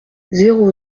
zéro